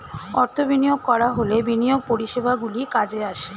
অর্থ বিনিয়োগ করা হলে বিনিয়োগ পরিষেবাগুলি কাজে আসে